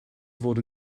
fod